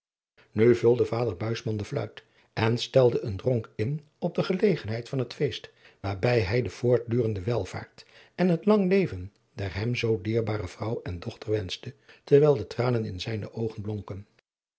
vulde vader buisman de fluit en stelde een dronk in op de gelegenheid van het feest waarbij hij de voortdurende welvaart en het lang leven der hem zoo dierbare vrouw en dochter wenschte terwijl de tranen in zijne oogen blonken